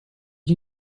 you